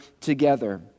together